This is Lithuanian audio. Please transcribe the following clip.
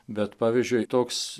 bet pavyzdžiui toks